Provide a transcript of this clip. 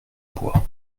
bois